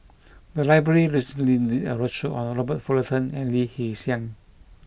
the library recently did a roadshow on the Robert Fullerton and Lee Hee Seng